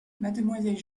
mademoiselle